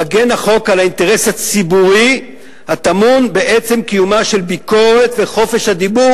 החוק מגן על האינטרס הציבורי הטמון בעצם קיומם של ביקורת וחופש הדיבור,